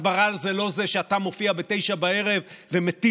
הסברה זה לא זה שאתה מופיע בשעה 21:00 ומטיל